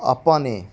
ਆਪਾਂ ਨੇ